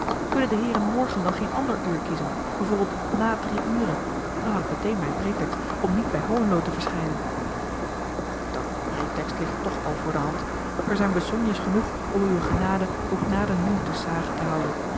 kunnen de heeren morgen dan geen ander uur kiezen b v na drie ure dan had ik meteen mijn pretext om niet bij hohenlo te verschijnen dat pretext ligt toch al voor de hand er zijn besognes genoeg om uwe genade ook na den noen te s hage te houden